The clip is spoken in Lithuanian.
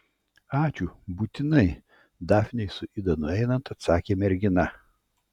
ačiū būtinai dafnei su ida nueinant atsakė mergina